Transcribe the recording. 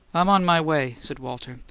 i'm on my way, said walter.